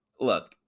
look